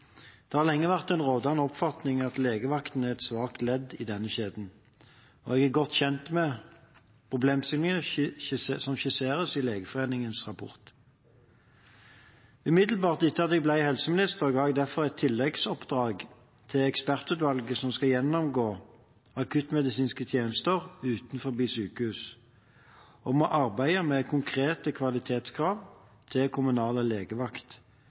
Det har lenge vært en rådende oppfatning at legevakten er et svakt ledd i denne kjeden, og jeg er godt kjent med problemstillingene som skisseres i Legeforeningens rapport. Umiddelbart etter at jeg ble helseminister ga jeg derfor et tilleggsoppdrag til ekspertutvalget som skal gjennomgå akuttmedisinske tjenester